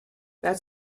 that